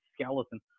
skeleton